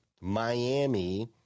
Miami